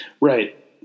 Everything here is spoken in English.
right